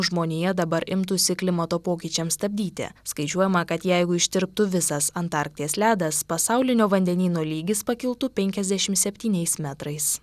žmonija dabar imtųsi klimato pokyčiams stabdyti skaičiuojama kad jeigu ištirptų visas antarkties ledas pasaulinio vandenyno lygis pakiltų penkiasdešim septyniais metrais